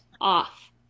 off